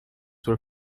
were